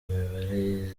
mibare